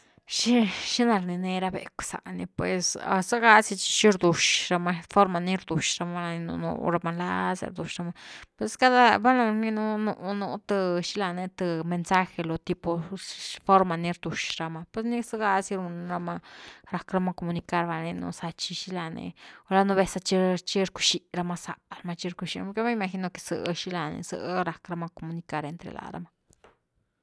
Xina, xina rnine ra becw za ni pues ah zega si chi, chi rdux rama forma ni rdux rama, nú rama nlazias rdux rama pues cada, valna rninu nú-nú th xini la ni th mensaje lo tipo, forma ni rdux rama pues ni zega zy run rama rack rama comunicar nare za chi xini la ny gula nú vez za chi-chi rcuxi rama zá rama, chi ruxima, yo me imagino que zëh xila ni zë rack rama comunicar entre lá rama.